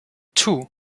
two